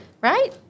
Right